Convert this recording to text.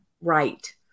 Right